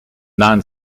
non